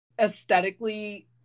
aesthetically